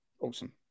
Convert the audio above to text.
Awesome